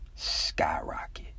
skyrocket